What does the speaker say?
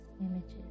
images